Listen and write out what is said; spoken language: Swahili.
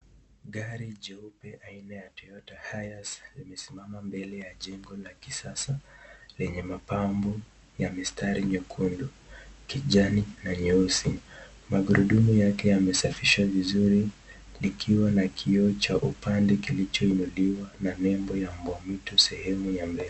Gari jeupe aina ya Toyota Hiace ]imesimama mbele ya jengo la kisasa lenye mapambo ya mistari nyekundu kijani na nyeusi. Magurudumu yake yamesafishwa vizuri likiwa kioo cha upande kilicho unuliwa na nebo ya umbwa mwetu sehemu ya mbele.